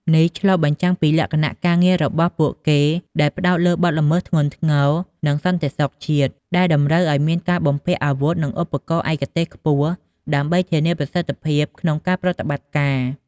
នេះឆ្លុះបញ្ចាំងពីលក្ខណៈការងាររបស់ពួកគាត់ដែលផ្តោតលើបទល្មើសធ្ងន់ធ្ងរ និងសន្តិសុខជាតិ ដែលតម្រូវឲ្យមានការបំពាក់អាវុធនិងឧបករណ៍ឯកទេសខ្ពស់ដើម្បីធានាប្រសិទ្ធភាពក្នុងប្រតិបត្តិការ។